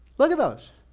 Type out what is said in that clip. look at those,